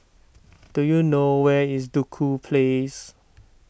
do you know where is Duku Place